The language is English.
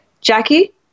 Jackie